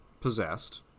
possessed